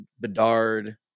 Bedard